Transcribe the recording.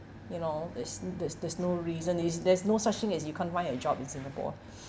you know there's there's there's no reason is there's no such thing as you can't find a job in singapore